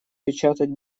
печатать